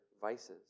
vices